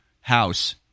house